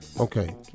Okay